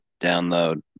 download